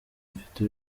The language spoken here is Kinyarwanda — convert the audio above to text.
mfite